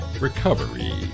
Recovery